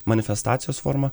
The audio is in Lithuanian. manifestacijos forma